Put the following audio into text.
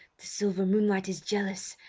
the silver moonlight is jealous!